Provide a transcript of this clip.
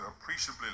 appreciably